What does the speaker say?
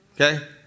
Okay